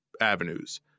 avenues